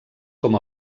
com